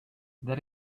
that